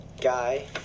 guy